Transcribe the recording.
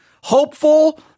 hopeful